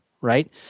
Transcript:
right